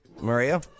Maria